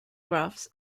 graphs